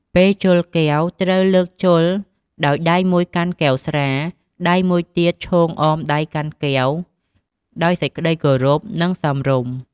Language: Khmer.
ពេលជល់កែវ ត្រូវលើកជល់ដោយដៃមួយកាន់កែវស្រា ដៃមួយទៀតឈោងអមដៃកាន់កែវ ដោយសេចក្ដីគោរព និងសមរម្យ។